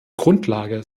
grundlage